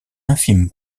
infime